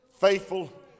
Faithful